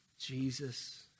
Jesus